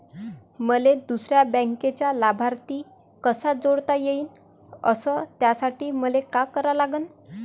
मले दुसऱ्या बँकेचा लाभार्थी कसा जोडता येईन, अस त्यासाठी मले का करा लागन?